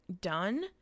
done